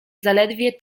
zaledwie